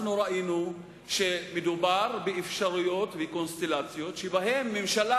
אנחנו ראינו שמדובר באפשרויות וקונסטלציות שבהן ממשלה